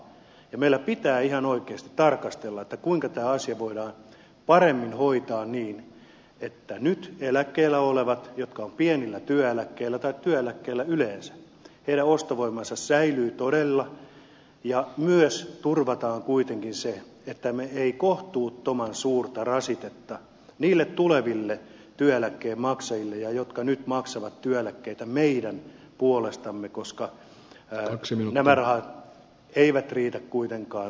meillä pitää ihan oikeasti tarkastella kuinka tämä asia voidaan paremmin hoitaa niin että nyt eläkkeellä olevien jotka ovat pienillä työeläkkeillä tai työeläkkeillä yleensä ostovoima säilyy todella ja myös turvataan kuitenkin se että me emme kohtuuttoman suurta rasitetta aseta niille tuleville työeläkkeen maksajille ja niille jotka nyt maksavat työeläkkeitä meidän puolestamme koska nämä rahat eivät riitä kuitenkaan loputtomiin